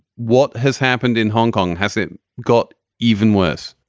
what has happened in hong kong? has it got even worse?